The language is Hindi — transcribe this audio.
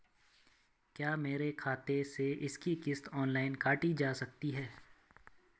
क्या मेरे बचत खाते से इसकी किश्त ऑनलाइन काटी जा सकती है?